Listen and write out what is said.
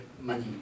money